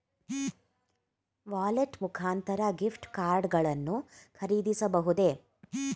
Wallet ಮುಖಾಂತರ gift card ಗಳನ್ನು ಖರೀದಿಸಬಹುದೇ?